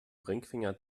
ringfinger